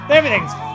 everything's